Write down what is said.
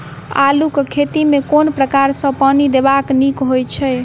आलु केँ खेत मे केँ प्रकार सँ पानि देबाक नीक होइ छै?